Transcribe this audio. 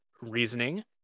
reasoning